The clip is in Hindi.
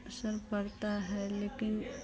असर पड़ता है लेकिन